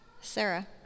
Sarah